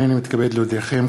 הנני מתכבד להודיעכם,